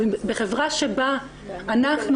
בחברה שבה אנחנו,